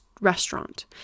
restaurant